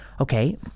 Okay